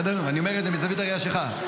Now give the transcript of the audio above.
אני אומר את זה מזווית ראייה שלך,